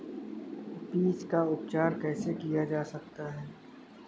बीज का उपचार कैसे किया जा सकता है?